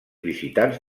visitats